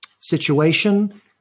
situation